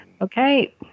Okay